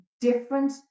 different